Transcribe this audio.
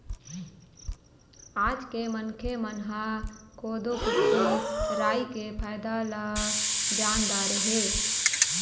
आज के मनखे मन ह कोदो, कुटकी, राई के फायदा ल जान डारे हे